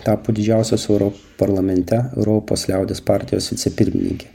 tapo didžiausios europarlamente europos liaudies partijos vicepirmininke